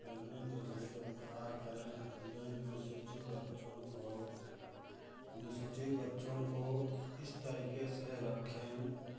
गरमी के लिए उपाय करें अपने नव शिशु बच्चों को नव शिशु बच्चों को इस तरीके से रक्खें